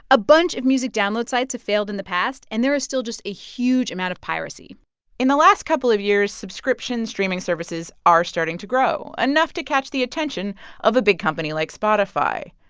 a bunch of music download sites have failed in the past, and there is still just a huge amount of piracy in the last couple of years, subscription streaming services are starting to grow enough to catch the attention of a big company like spotify,